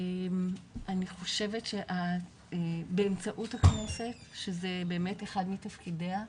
אני חושבת שבאמצעות הכנסת, שזה באמת אחד מתפקידיה,